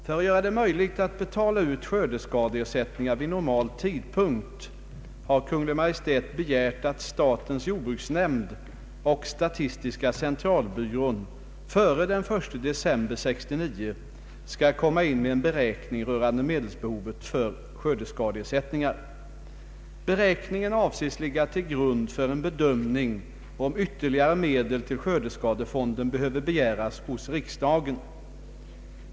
För att göra det möjligt att betala ut skördeskadeersättningar vid normal tidpunkt har Kungl. Maj:t begärt att statens jordbruksnämnd och statistiska centralbyrån före den 1 december 1969 skall komma in med en beräkning rörande medelsbehovet för skördeskadeersättningar. Beräkningen avses ligga till grund för en bedömning, om ytterligare medel till skördeskadefonden behöver begäras hos riksdagen.